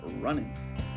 Running